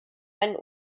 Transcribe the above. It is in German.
einen